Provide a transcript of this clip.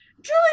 Julie